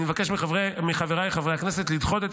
אני מבקש מחבריי חברי הכנסת לדחות את